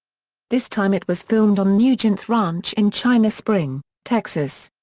this time it was filmed on nugent's ranch in china spring, texas.